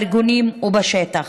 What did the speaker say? בארגונים ובשטח.